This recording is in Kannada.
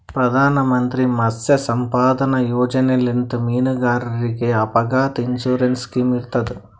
ಪ್ರಧಾನ್ ಮಂತ್ರಿ ಮತ್ಸ್ಯ ಸಂಪದಾ ಯೋಜನೆಲಿಂತ್ ಮೀನುಗಾರರಿಗ್ ಅಪಘಾತ್ ಇನ್ಸೂರೆನ್ಸ್ ಸ್ಕಿಮ್ ಇರ್ತದ್